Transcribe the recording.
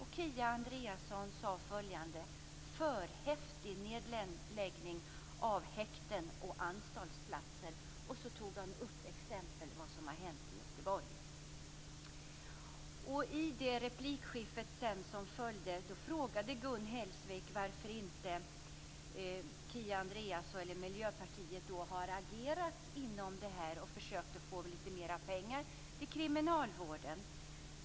Hon sade att det hade skett en för häftig nedläggning av häkten och anstaltsplatser och så exemplifierade hon med vad som hade hänt i Göteborg. I det replikskifte som följde frågade Gun Hellsvik varför inte Kia Andreasson och Miljöpartiet har agerat i frågan och försökt att få mer pengar till kriminalvården.